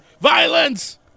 Violence